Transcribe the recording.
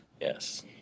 Yes